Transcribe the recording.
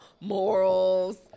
morals